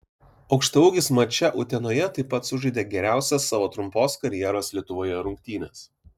aukštaūgis mače utenoje taip pat sužaidė geriausias savo trumpos karjeros lietuvoje rungtynes